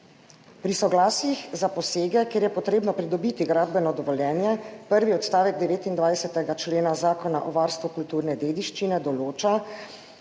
Pri soglasjih za posege, kjer je potrebno pridobiti gradbeno dovoljenje, prvi odstavek 29. člena Zakona o varstvu kulturne dediščine določa,